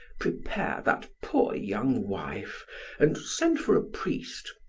prepare that poor, young wife and send for a priest.